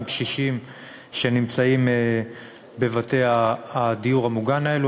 קשישים שנמצאים בבתי הדיור המוגן האלה.